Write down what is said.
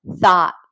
thought